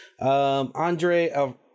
Andre